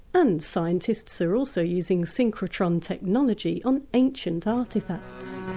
and scientists are also using synchrotron technology on ancient artefacts.